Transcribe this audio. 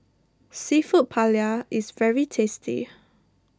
Seafood Paella is very tasty